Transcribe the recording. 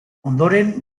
ondoren